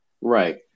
Right